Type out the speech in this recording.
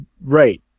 Right